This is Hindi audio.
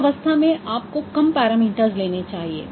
उस अवस्था में आपको कम पैरामीटर्स लेने चाहिए